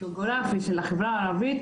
הגיאוגרפי של החברה הערבית,